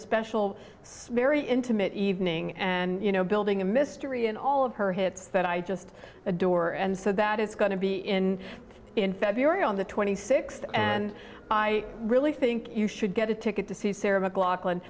special very intimate evening and you know building a mystery and all of her hits that i just adore and so that it's going to be in in february on the twenty sixth and i really think you should get a ticket to see sarah mcla